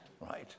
Right